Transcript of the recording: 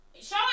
Show